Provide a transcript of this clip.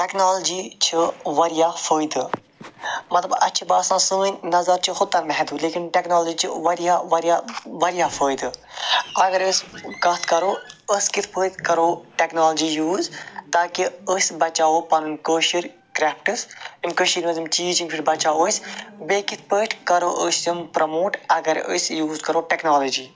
technology چھِ واریاہ فٲیدٕ مَطلَب اَسہِ چھ باسان سٲنۍ نَظَر چھِ ہوٚتانۍ محدوٗد لیکِن ٹیٚکنالجی چھِ واریاہ واریاہ واریاہ فٲیدٕ اگر أسۍ کتھ کرو أسۍ کِتھ پٲٹھۍ کرو ٹیٚکنالجی یوٗز تاکہِ أسۍ بچاوو پَنن کٲشٕر کرافٹس یِم کٔشیٖر مَنٛز یِم چھِ یِم کِتھ پٲٹھۍ بچاوو أسۍ بیٚیہِ کِتھ پٲٹھۍ کرو أسۍ یِم پرَموٹ اگر أسۍ یوٗز کرو ٹیٚکنالجی